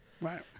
Right